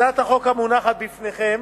הצעת החוק המונחת בפניכם